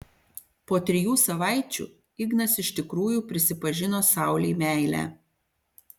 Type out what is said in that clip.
po trijų savaičių ignas iš tikrųjų prisipažino saulei meilę